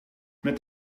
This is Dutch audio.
met